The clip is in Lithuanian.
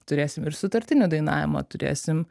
turėsim ir sutartinių dainavimą turėsim